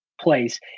place